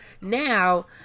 Now